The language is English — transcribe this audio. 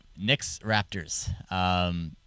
Knicks-Raptors